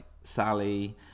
Sally